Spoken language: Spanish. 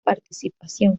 participación